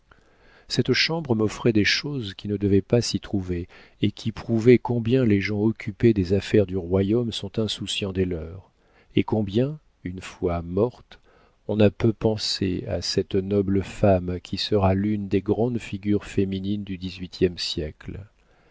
cette chambre m'offrait des choses qui ne devaient pas s'y trouver et qui prouvaient combien les gens occupés des affaires du royaume sont insouciants des leurs et combien une fois morte on a peu pensé à cette noble femme qui sera l'une des grandes figures féminines du dix-huitième siècle